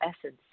essence